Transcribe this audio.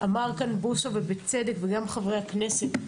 אמר כאן בוסו ובצדק וגם חברי הכנסת,